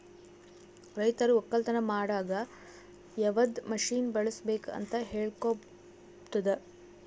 ರೈತರು ಒಕ್ಕಲತನ ಮಾಡಾಗ್ ಯವದ್ ಮಷೀನ್ ಬಳುಸ್ಬೇಕು ಅಂತ್ ಹೇಳ್ಕೊಡ್ತುದ್